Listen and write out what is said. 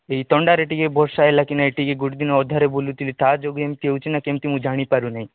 ଏଇ ଥଣ୍ଡାରେ ଟିକେ ବର୍ଷା ହେଲା କି ନାଇ ଟିକେ ଗୋଟେ ଦିନ ଅନ୍ଧାରେ ବୁଲୁଥିଲି ତା ଯୋଗୁଁ ଏମିତି ହେଉଛି ନା କେମିତି ମୁଁ ଜାଣି ପାରୁ ନାହିଁ